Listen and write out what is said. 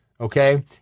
Okay